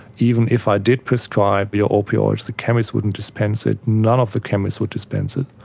even if i did prescribe your opioids, the chemist wouldn't dispense it. none of the chemists would dispense it.